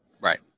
Right